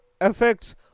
effects